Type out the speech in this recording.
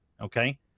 okay